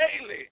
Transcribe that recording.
daily